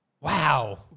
Wow